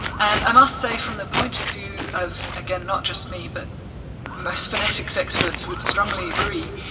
and i must say, from the point of view of, again, not just me but most phonetics experts would strongly agree,